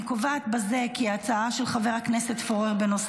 אני קובעת בזה כי ההצעה של חבר הכנסת פורר לדיון המשך